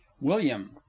william